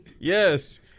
Yes